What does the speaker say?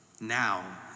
Now